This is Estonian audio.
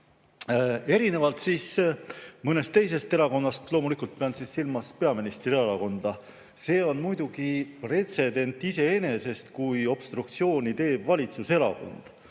Erinevalt mõnest teisest erakonnast – loomulikult pean silmas peaministri erakonda –, on see muidugi pretsedent iseenesest, kui obstruktsiooni teeb valitsuserakond.